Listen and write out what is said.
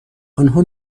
آنها